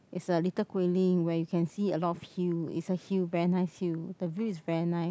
it's a little Guilin where you can see a lot of hill it's a hill very nice hill the view is very nice